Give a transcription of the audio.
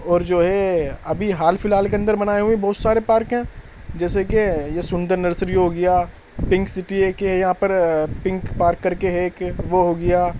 اور جو ہے ابھی حال فی الحال کے اندر بنائے ہوئے بہت سارے پارک ہیں جیسے کہ یہ سندر نرسری ہو گیا پنک سٹی ایک یہاں پر پنک پارک کر کے ہے ایک وہ ہو گیا